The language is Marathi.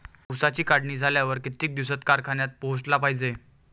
ऊसाची काढणी झाल्यावर किती दिवसात कारखान्यात पोहोचला पायजे?